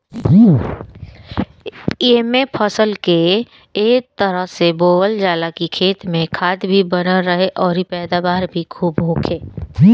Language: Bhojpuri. एइमे फसल के ए तरह से बोअल जाला की खेत में खाद भी बनल रहे अउरी पैदावार भी खुब होखे